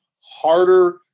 harder